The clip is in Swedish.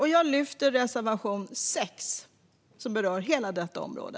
Jag yrkar bifall till reservation 6, som berör hela detta område.